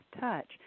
touch